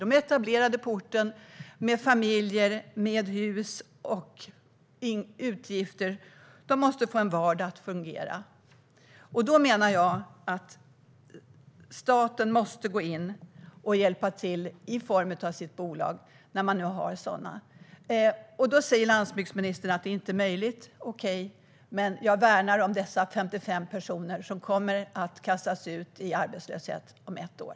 De är etablerade på orten med familjer, hus och utgifter. De måste få vardagen att fungera. Jag menar att staten måste gå in och hjälpa till genom sitt bolag när man nu har ett sådant. Men landsbygdsministern säger att det inte är möjligt. Okej, men jag värnar om dessa 55 personer som kommer att kastas ut i arbetslöshet om ett år.